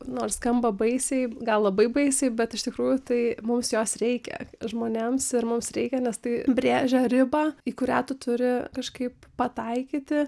nors skamba baisiai gal labai baisiai bet iš tikrųjų tai mums jos reikia žmonėms ir mums reikia nes tai brėžia ribą į kurią tu turi kažkaip pataikyti